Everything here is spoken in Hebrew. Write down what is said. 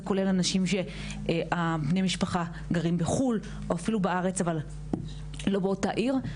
זה כולל אנשים שבני המשפחה גרים בחו"ל או אפילו בארץ אבל לא באותה עיר.